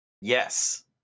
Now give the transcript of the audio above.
Yes